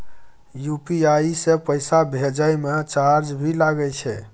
UPI से पैसा भेजै म चार्ज भी लागे छै?